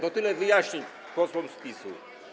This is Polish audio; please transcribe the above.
To tyle wyjaśnień posłom z PiS-u.